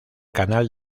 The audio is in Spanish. canal